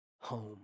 home